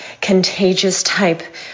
contagious-type